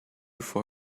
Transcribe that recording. for